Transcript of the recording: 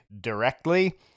directly